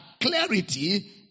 clarity